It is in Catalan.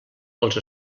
dels